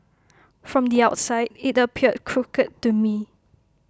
from the outside IT appeared crooked to me